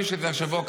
נדמה לי שזה השבוע,